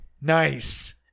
Nice